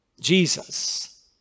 Jesus